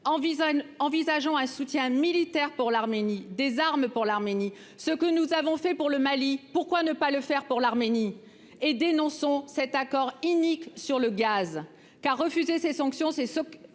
envisageant un soutien militaire pour l'Arménie des armes pour l'Arménie, ce que nous avons fait pour le Mali, pourquoi ne pas le faire pour l'Arménie et dénonçons cet accord inique sur le gaz qu'a refusé ces sanctions c'est cautionner